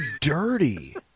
dirty